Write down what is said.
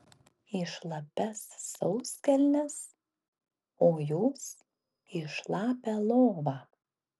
į šlapias sauskelnes o jūs į šlapią lovą